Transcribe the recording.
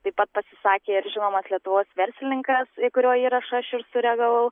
taip pat pasisakė ir žinomas lietuvos verslininkas į kurio įrašą aš ir sureagavau